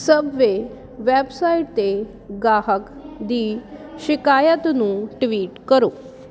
subway website ਤੇ ਗਾਹਕ ਦੀ ਸ਼ਿਕਾਇਤ ਨੂੰ ਟਵੀਟ ਕਰੋ